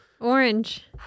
orange